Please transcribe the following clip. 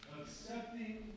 accepting